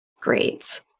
grades